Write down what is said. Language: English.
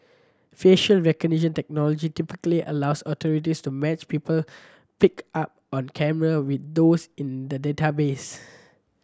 facial recognition technology typically allows authorities to match people picked up on camera with those in databases